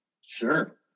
Sure